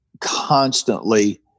constantly